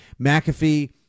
McAfee